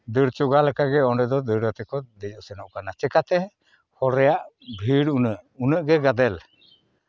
ᱫᱟᱹᱲ ᱪᱚᱸᱜᱟ ᱞᱮᱠᱟᱜᱮ ᱚᱸᱰᱮ ᱫᱚ ᱫᱟᱹᱲ ᱟᱛᱮ ᱠᱚ ᱫᱮᱡᱚᱜ ᱥᱮᱱᱚᱜ ᱠᱟᱱᱟ ᱪᱤᱠᱟᱹᱛᱮ ᱦᱚᱲ ᱨᱮᱭᱟᱜ ᱵᱷᱤᱲ ᱩᱱᱟᱹᱜ ᱩᱱᱟᱹᱜ ᱜᱮ ᱜᱟᱫᱮᱞ